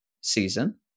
season